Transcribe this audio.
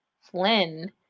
Flynn